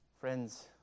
friends